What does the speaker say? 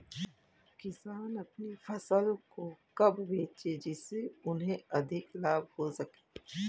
किसान अपनी फसल को कब बेचे जिसे उन्हें अधिक लाभ हो सके?